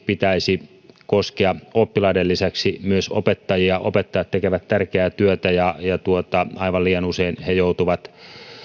pitäisi koskea oppilaiden lisäksi myös opettajia opettajat tekevät tärkeää työtä ja aivan liian usein he joutuvat